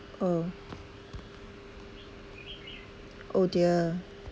oh oh dear